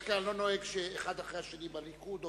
בדרך כלל אני לא נוהג לקבוע שינאמו אחד אחרי השני מהליכוד,